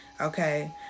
Okay